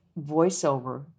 voiceover